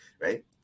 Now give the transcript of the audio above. Right